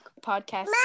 podcast